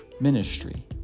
ministry